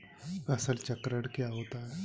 फसल चक्रण क्या होता है?